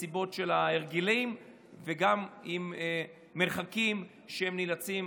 אם זה מסיבות של הרגלים וגם בשל מרחקים שהם נאלצים